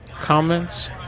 comments